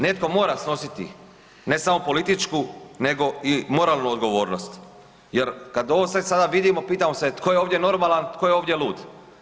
Netko mora snositi ne samo političku nego i moralnu odgovornost jer kad ovo sve sada vidimo, pitam se tko je ovdje normalan, tko je ovdje lud?